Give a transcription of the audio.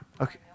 Okay